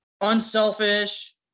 unselfish